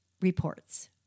reports